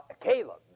Caleb